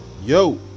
yo